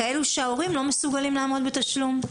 כאלה שההורים שלהם לא מסוגלים לעמוד בתשלום.